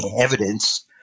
evidence